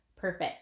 Perfect